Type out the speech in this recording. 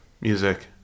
music